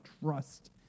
trust